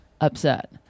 upset